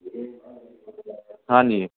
ਹਾਂਜੀ